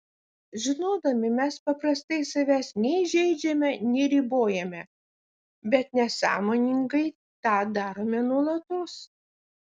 žinodami mes paprastai savęs nei žeidžiame nei ribojame bet nesąmoningai tą darome nuolatos